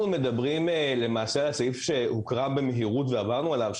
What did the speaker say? אנחנו מדברים על סעיף שהוקרא במהירות ועברנו עליו,